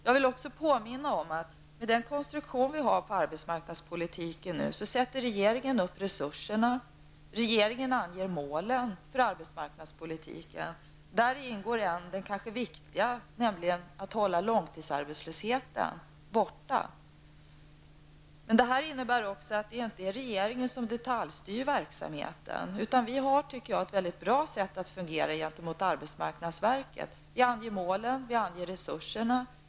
Jag vill också påminna om att med den konstruktion som vi nu har på arbetsmarknadspolitiken sätter regeringen upp resurserna och anger målen för arbetsmarknadspolitiken. Där ingår även det viktiga att hålla långtidsarbetslösheten borta. Det innebär också att regeringen inte detaljstyr verksamheten. Vi har ett mycket bra sätt att fungera gentemot arbetsmarknadsverket tycker jag: Vi anger målen, och vi anger resurserna.